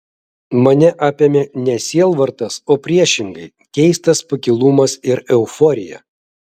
mane apėmė ne sielvartas o priešingai keistas pakilumas ir euforija